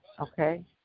okay